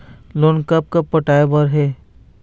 Loan कब कब पटाए बर हे?